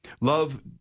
Love